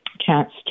chance